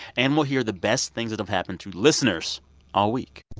and we'll hear the best things that have happened to listeners all week